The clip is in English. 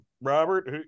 Robert